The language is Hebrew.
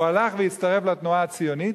והוא הלך והצטרף לתנועה הציונית.